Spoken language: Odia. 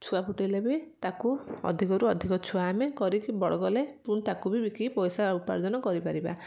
ଛୁଆ ଫୁଟାଇଲେ ବି ତାକୁ ଅଧିକରୁ ଅଧିକ ଛୁଆ ଆମେ କରିକି ବଡ଼ କଲେ ପୁଣି ତାକୁ ବି ବିକିକି ପଇସା ଉପାର୍ଜନ କରିପାରିବା